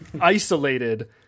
isolated